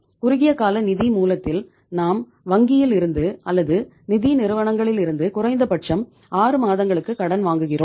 குறுகிய கால நிதி மூலத்தில் நாம் வங்கியில் இருந்து அல்லது நிதி நிறுவனங்களிலிருந்து குறைந்தபட்சம் ஆறு மாதங்களுக்கு கடன் வாங்குகிறோம்